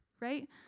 right